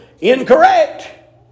incorrect